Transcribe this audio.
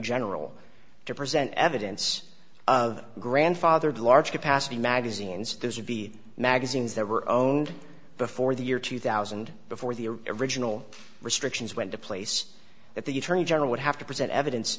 general to present evidence of grandfathered large capacity magazines those would be magazines that were own and before the year two thousand before the original restrictions went to place that the attorney general would have to present evidence